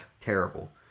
Terrible